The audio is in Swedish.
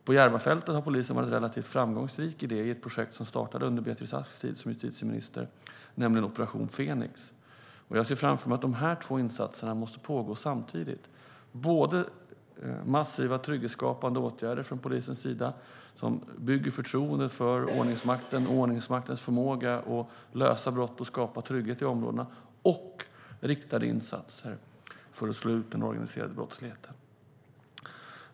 På Järvafältet har polisen varit relativt framgångsrik i ett projekt som startade under Beatrice Asks tid som justitieminister, nämligen operation Fenix. Jag ser framför mig att dessa två insatser måste pågå samtidigt. Det gäller alltså både massiva trygghetsskapande åtgärder från polisens sida som bygger förtroende för ordningsmakten, dess förmåga att lösa brott och skapa trygghet i områdena, och riktade insatser för att slå ut den organiserade brottsligheten.